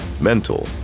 mental